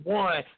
one